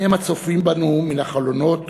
הם הצופים בנו מן החלונות